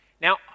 Now